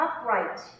upright